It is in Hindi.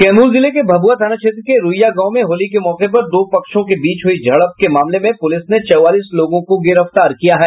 कैमूर जिले के भभुआ थाना क्षेत्र के रूइया गांव में होली के मौके पर दो पक्षों के बीच हुई झड़प के मामले में पुलिस ने चौवालीस लोगों को गिरफ्तार किया है